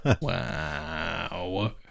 Wow